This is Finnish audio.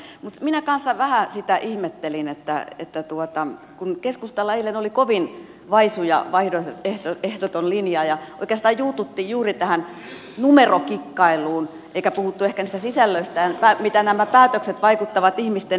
mutta minä kanssa vähän sitä ihmettelin kun keskustalla eilen oli kovin vaisu ja ehdoton linja ja oikeastaan juututtiin juuri tähän numerokikkailuun eikä puhuttu ehkä niistä sisällöistä siitä miten nämä päätökset vaikuttavat ihmisten elämään